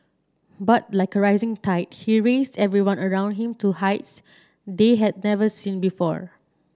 but like a rising tide he raised everyone around him to heights they had never seen before